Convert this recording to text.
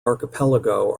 archipelago